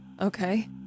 okay